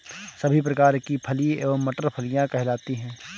सभी प्रकार की फली एवं मटर फलियां कहलाती हैं